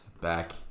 Back